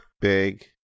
Big